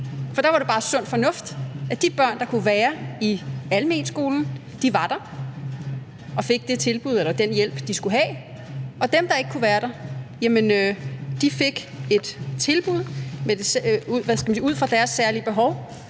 for da var det bare sund fornuft, at de børn, der kunne være i almenskolen, var der og fik det tilbud eller den hjælp, de skulle have, og dem, der ikke kunne være der – jamen de fik et tilbud ud fra deres særlige behov,